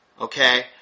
Okay